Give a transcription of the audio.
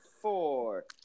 four